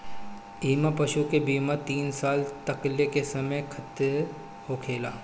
इमें पशु के बीमा तीन साल तकले के समय खातिरा होखेला